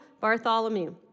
Bartholomew